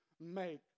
make